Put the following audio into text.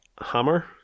Hammer